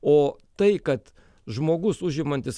o tai kad žmogus užimantis